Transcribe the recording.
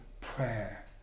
prayer